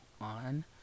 on